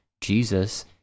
Jesus